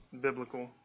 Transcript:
biblical